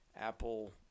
Apple